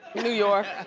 new york.